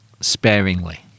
sparingly